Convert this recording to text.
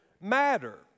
matter